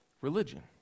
religion